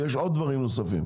ויש עוד דברים נוספים.